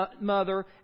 mother